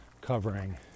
covering –